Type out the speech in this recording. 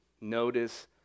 Notice